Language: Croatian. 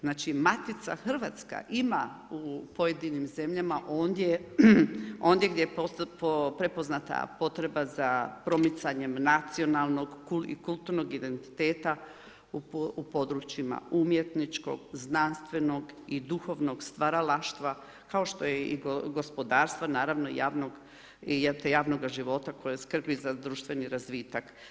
Znači Matica hrvatska ima u pojedinim zemljama onda gdje je prepoznata potreba za promicanjem nacionalnog i kulturnog identiteta u područjima, umjetničkog, znanstvenog i duhovnog stvaralaštva kao što je i gospodarstvo, naravno i javnog života koji skrbi za društveni razvitak.